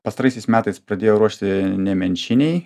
pastaraisiais metais pradėjo ruošti nemenčinėj